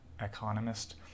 economist